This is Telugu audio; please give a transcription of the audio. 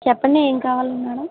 చెప్పండి ఏం కావాలి మేడమ్